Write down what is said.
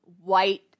white